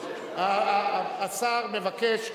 השר מבקש,